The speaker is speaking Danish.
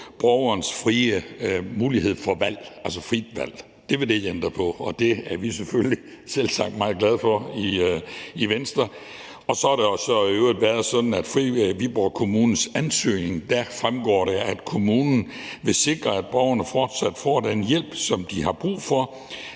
borgerens mulighed for frit valg – det vil det ikke ændre på – og det er vi selvsagt meget glade for i Venstre. Og så har det i øvrigt været sådan, at det af Viborg Kommunes ansøgning fremgår, at kommunen vil sikre, at borgerne fortsat får den hjælp, som de har brug for,